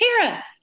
Tara